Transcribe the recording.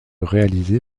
réalisé